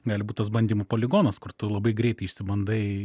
gali būt tas bandymų poligonas kur tu labai greit išsibandai